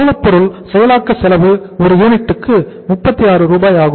மூலப்பொருள் செயலாக்க செலவு ஒரு யூனிட்டிற்கு 36 ரூபாய் ஆகும்